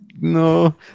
no